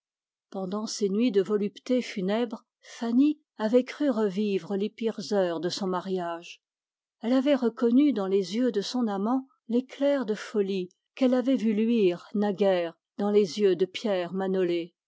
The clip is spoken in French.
pendant ces nuits de volupté funèbre elle avait cru revivre les pires heures de son mariage elle avait reconnu dans les yeux de son amant le même éclair qu'elle avait vu luire dans les yeux fous de pierre manolé